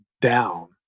down